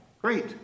Great